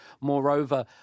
Moreover